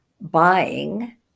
buying